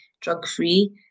drug-free